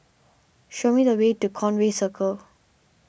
show me the way to Conway Circle